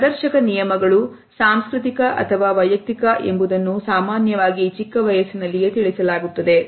ಈ ಪ್ರದರ್ಶಕ ನಿಯಮಗಳು ಸಾಂಸ್ಕೃತಿಕ ಅಥವಾ ವೈಯಕ್ತಿಕ ಎಂಬುದನ್ನು ಸಾಮಾನ್ಯವಾಗಿ ಚಿಕ್ಕವಯಸ್ಸಿನಲ್ಲಿಯೇ ತಿಳಿಸಲಾಗುತ್ತದೆ